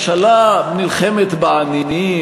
שהממשלה נלחמת בעניים?